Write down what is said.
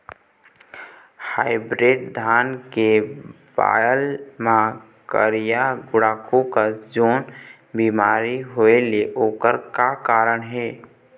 Hybrid धान के बायेल मां करिया गुड़ाखू कस जोन बीमारी होएल ओकर का कारण हे?